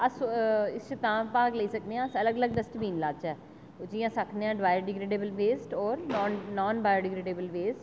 अस इस च तां भाग लेई सकने आं अस अलग अलग डस्टबिन लाह्चै जियां अस आखने आं बायोडिग्रेडेबल वेस्ट आर नान नान बायोडिग्रेडेबल वेस्ट